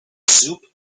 soup